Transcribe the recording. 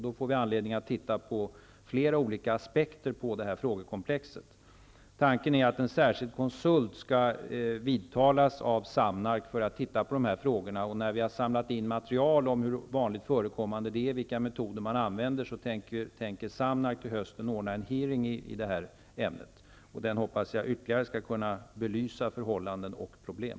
Då får vi anledning att titta på flera olika aspekter på detta frågekomplex. Tanken är att en särskild konsult skall vidtalas av SAMNARK för att se på dessa frågor. När vi har samlat in material om hur vanligt förekommande det är med droger och vilka metoder som används, tänker SAMNARK till hösten ordna en hearing i ämnet. Det hoppas jag ytterligare skall kunna belysa förhållanden och problem.